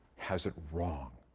has it wrong,